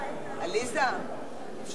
שרי הממשלה,